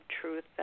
truth